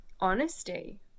honesty